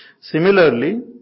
Similarly